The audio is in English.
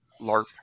larp